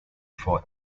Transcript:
for